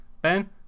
Ben